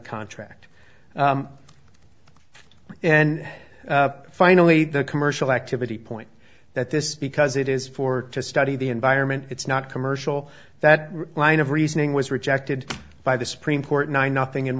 contract and finally the commercial activity point that this because it is for to study the environment it's not commercial that line of reasoning was rejected by the supreme court nine nothing in